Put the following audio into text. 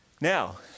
Now